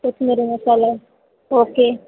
Kashmiri masala okay